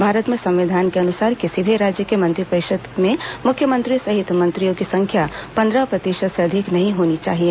भारत में संविधान के अनुसार किसी भी राज्य के मंत्रिपरिषद में मुख्यमंत्री सहित मंत्रियों की संख्या पंद्रह प्रतिशत से अधिक नहीं होनी चाहिए